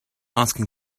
asking